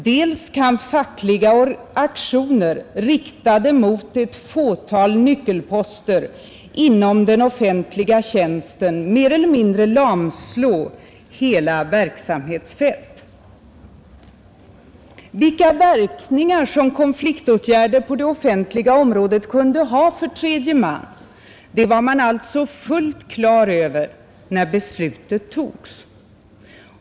Dels kan fackliga aktioner riktade mot ett fåtal nyckelposter inom den offentliga tjänsten mer eller mindre lamslå hela verksamhetsfält.” Vilka verkningar konfliktåtgärder på det offentliga området kunde ha för tredje man var man alltså fullt klar över när beslutet togs.